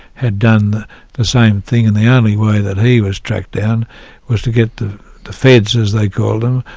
had done the same thing, and the only way that he was tracked down was to get the the feds as they called them,